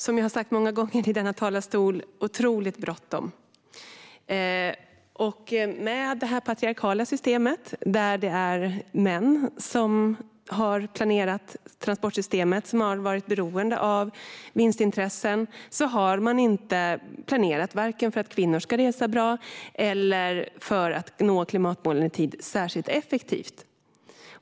Som jag har sagt många gånger i denna talarstol är det otroligt bråttom, och med det patriarkala systemet där män har planerat transportsystemet som har varit beroende av vinstintressen har man varken planerat för att kvinnor ska resa bra eller för att nå klimatmålen i tid särskilt effektivt.